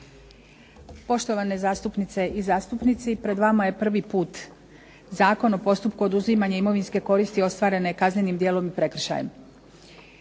Poštovane zastupnice i zastupnici. Pred vama je prvi puta Zakona o postupku oduzimanja imovine, imovinske koristi ostvarene kaznenim djelom prekršajem.